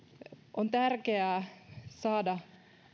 on tärkeää saada